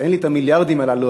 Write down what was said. אין לי המיליארדים הללו,